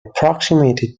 approximated